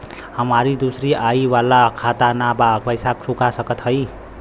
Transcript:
हमारी दूसरी आई वाला खाता ना बा पैसा चुका सकत हई?